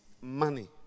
money